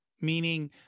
Meaning